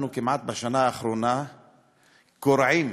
אנחנו בשנה האחרונה כמעט כורעים,